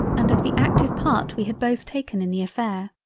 and of the active part we had both taken in the affair.